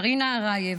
קרינה ארייב,